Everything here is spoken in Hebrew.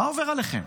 מה עובר עליכם?